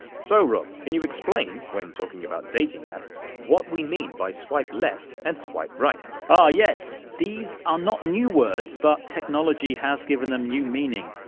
so rob, can you explain, when talking about dating apps, what we mean by swipe left and swipe right? rob ah, yes. these are not new words but technology has given them new meaning.